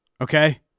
okay